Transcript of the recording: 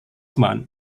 moth